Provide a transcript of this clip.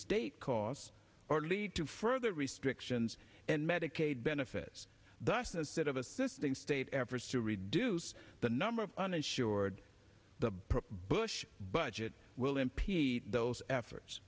state cause or lead to further restrictions and medicaid benefits thus instead of assisting state efforts to reduce the number of uninsured the bush budget will impede those efforts